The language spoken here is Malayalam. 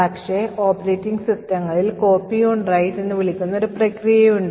പക്ഷേ ഓപ്പറേറ്റിംഗ് സിസ്റ്റങ്ങളിൽ copy on right എന്ന് വിളിക്കുന്ന ഒരു പ്രക്രിയയുണ്ട്